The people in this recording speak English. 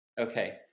Okay